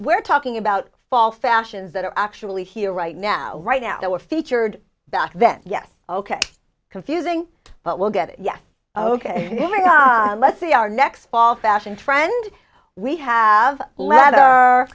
we're talking about fall fashions that are actually here right now right now that were featured back then yes ok confusing but we'll get it yes ok let's see our next fall fashion trend we have let